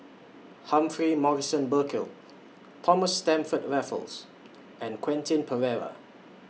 Humphrey Morrison Burkill Thomas Stamford Raffles and Quentin Pereira